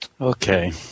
Okay